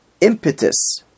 impetus